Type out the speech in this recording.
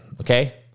okay